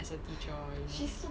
as a teacher you know